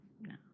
No